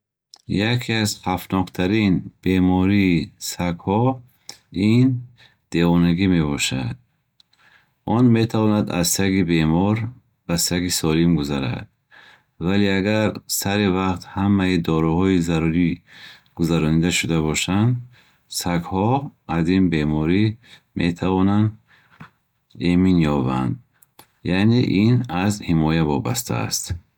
Яке аз хавфноктарин бемории сагҳо ин девонагӣ мебошад. Он метавонад аз саги бемор ба саги солим гузарад. вале агар сари вақт ҳамаи доруҳои зарурӣ гузаронида шуда бошанд, сагҳо аз ин беморӣ метавонанд эмин ёбанд. яъне ин аз ҳимоя вобаста аст.